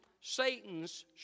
Satan's